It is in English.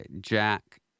Jack